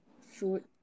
food